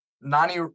nani